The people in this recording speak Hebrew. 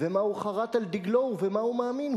ומה הוא חרת על דגלו ובמה הוא מאמין.